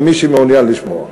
למי שמעוניין לשמוע.